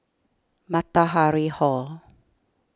Matahari Hall